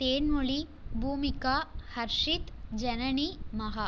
Thenmozhi Bhoomika Harshit Janani Maha